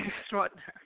extraordinary